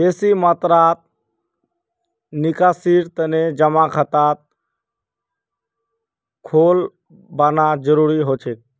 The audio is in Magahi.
बेसी मात्रात निकासीर तने जमा खाता खोलवाना जरूरी हो छेक